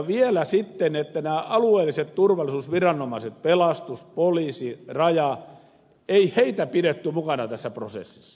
vielä sitten se että näitä alueellisia turvallisuusviranomaisia pelastus poliisi raja ei pidetty mukana tässä prosessissa